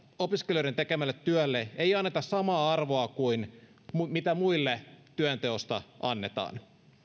opiskelijoiden tekemälle työlle ei anneta samaa arvoa kuin mikä muille työnteosta annetaan